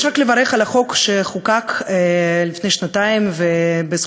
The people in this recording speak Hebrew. יש רק לברך על החוק שחוקק לפני שנתיים ובזכותו